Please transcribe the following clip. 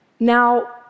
Now